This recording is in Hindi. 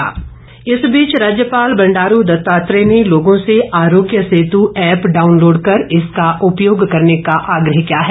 राज्यपाल राज्यपाल बंडारू दत्तात्रेय ने लोगों से आरोग्य सेतु ऐप डाउनलोड कर इसका उपयोग करने का आग्रह किया है